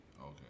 Okay